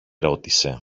ρώτησε